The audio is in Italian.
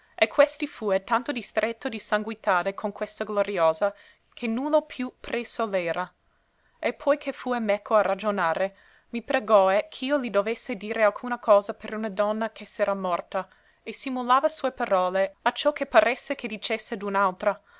e questi fue tanto distretto di sanguinitade con questa gloriosa che nullo più presso l'era e poi che fue meco a ragionare mi pregòe ch'io li dovesse dire alcuna cosa per una donna che s'era morta e simulava sue parole acciò che paresse che dicesse d'un'altra